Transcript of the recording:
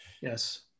Yes